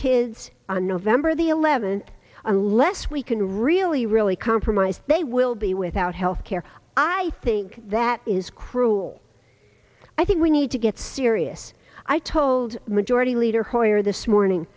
kids on november the eleventh unless we can really really compromise they will be without health care i think that is cruel i think we need to get serious i told majority leader hoyer this morning